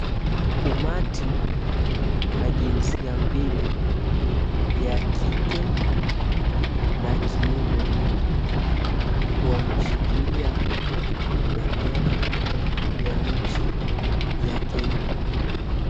Umati wa jinsia mbili ya kike na kiume wameshikilia bendera ya nchi ya kenya.